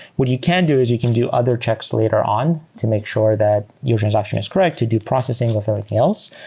what you can do is you can do other checks later on to make sure that your transaction is correct to do processing with everything else.